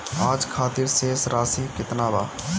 आज खातिर शेष राशि केतना बा?